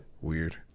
weird